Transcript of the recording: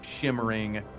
shimmering